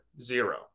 Zero